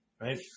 right